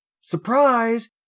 surprise